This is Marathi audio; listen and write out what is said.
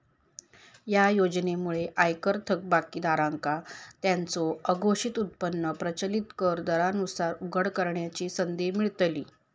या योजनेमुळे आयकर थकबाकीदारांका त्यांचो अघोषित उत्पन्न प्रचलित कर दरांनुसार उघड करण्याची संधी मिळतली